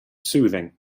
soothing